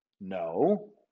No